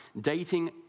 dating